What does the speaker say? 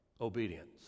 obedience